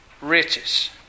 riches